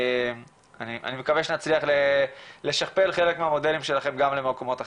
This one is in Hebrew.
אני מקווה שנצליח לשכפל חלק מהמודלים שלכם גם למקומות אחרים.